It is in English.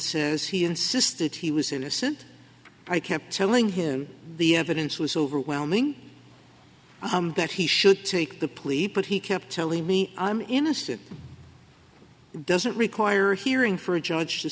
says he insisted he was innocent i kept telling him the evidence was overwhelming that he should take the plea but he kept telling me i'm innocent it doesn't require hearing for a judge to